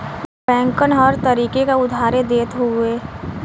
बैंकन हर तरीके क उधारी देत हउए